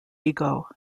ego